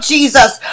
Jesus